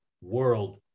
world